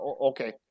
Okay